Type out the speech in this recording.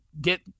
get